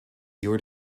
you’re